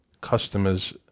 customers